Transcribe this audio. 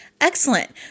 excellent